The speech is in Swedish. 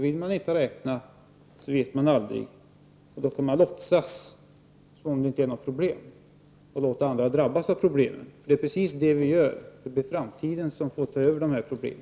Vill man inte räkna vet man aldrig, och då kan man låtsas att det inte är några problem och låta andra drabbas. Det är vad vi gör: Framtidens generationer får ta över våra problem.